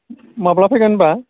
माब्ला फैगोन होमब्ला